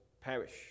perish